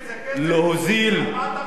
על מה אתה מדבר?